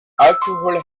alkohol